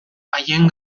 haien